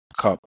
cup